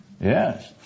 Yes